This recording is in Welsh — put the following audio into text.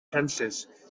cenllysg